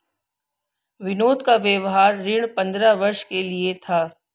विनोद का व्यापार ऋण पंद्रह वर्ष के लिए था